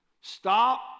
Stop